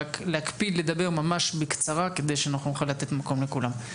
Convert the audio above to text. רק להקפיד לדבר ממש בקצרה כדי שאנחנו נוכל לתת מקום לכולם.